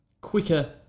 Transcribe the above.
quicker